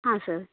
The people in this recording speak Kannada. ಹಾಂ ಸರ್